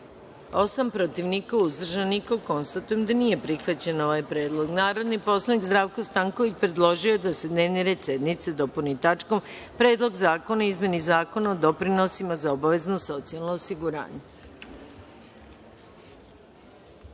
osam, protiv – niko, uzdržanih - nema. Konstatujem da nije prihvaćen ovaj predlog. Narodni poslanik Zdravko Stanković predložio je da se dnevni red sednice dopuni tačkom – Predlog zakona o izmeni Zakona o doprinosima za obavezno socijalno osiguranje. Da